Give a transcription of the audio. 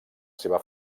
seva